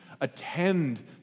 Attend